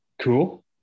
Cool